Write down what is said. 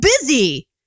busy